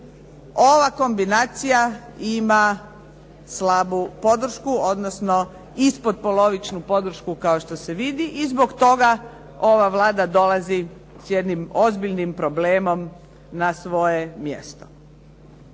ova kombinacija ima slabu podršku, odnosno ispod polovičnu podršku kao što se vidi i zbog toga ova Vlada dolazi s jednim ozbiljnim problemom na svoje mjesto.